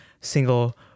single